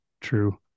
True